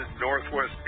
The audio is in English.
Northwest